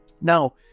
Now